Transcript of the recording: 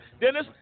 Dennis